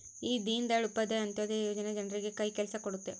ಈ ದೀನ್ ದಯಾಳ್ ಉಪಾಧ್ಯಾಯ ಅಂತ್ಯೋದಯ ಯೋಜನೆ ಜನರಿಗೆ ಕೈ ಕೆಲ್ಸ ಕೊಡುತ್ತೆ